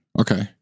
Okay